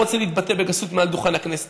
אני לא רוצה להתבטא בגסות מעל דוכן הכנסת,